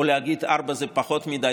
או להגיד: ארבעה זה פחות מדי,